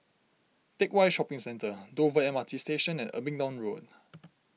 Teck Whye Shopping Centre Dover M R T Station and Abingdon Road